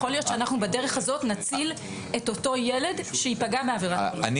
יכול להיות שבדרך הזאת נציל את אותו ילד שייפגע בעבירת מין.